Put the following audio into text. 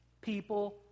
people